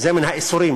זה מן האיסורים,